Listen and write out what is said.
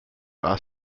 are